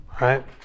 right